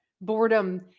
boredom